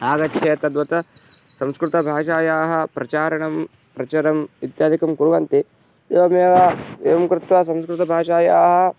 आगच्छेत् तद्वत् संस्कृतभाषायाः प्रचारणं प्रचरम् इत्यादिकं कुर्वन्ति एवमेव एवं कृत्वा संस्कृतभाषायाः